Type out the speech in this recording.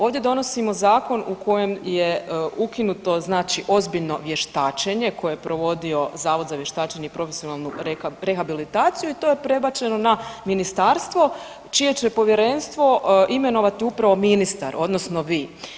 Ovdje donosimo zakon u kojem je ukinuto znači ozbiljno vještačenje koje je provodio Zavod za vještačenje i profesionalnu rehabilitaciju i to prebačeno na ministarstvo čije će povjerenstvo imenovati upravo ministar odnosno vi.